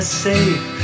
safe